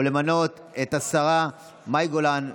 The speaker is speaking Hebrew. ולמנות את השרה מאי גולן,